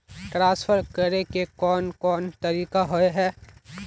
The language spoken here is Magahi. ट्रांसफर करे के कोन कोन तरीका होय है?